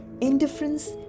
Indifference